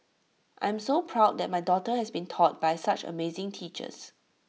I'm so proud that my daughter has been taught by such amazing teachers